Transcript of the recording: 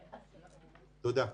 תודה.